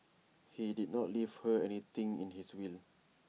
he did not leave her anything in his will